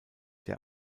der